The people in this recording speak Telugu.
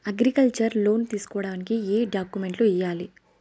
అగ్రికల్చర్ లోను తీసుకోడానికి ఏం డాక్యుమెంట్లు ఇయ్యాలి?